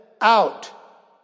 out